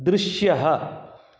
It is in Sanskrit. दृश्यः